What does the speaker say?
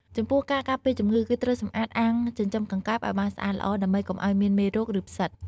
ចំពោះការការពារជំងឺ គឺត្រូវសម្អាតអាងចិញ្ចឹមកង្កែបឲ្យបានស្អាតល្អ ដើម្បីកុំឲ្យមានមេរោគ ឬផ្សិត។